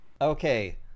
okay